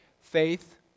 faith